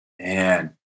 Man